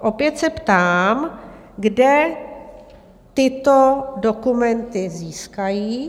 Opět se ptám, kde tyto dokumenty získají?